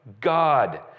God